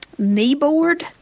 Kneeboard